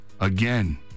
again